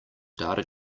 data